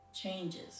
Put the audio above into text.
changes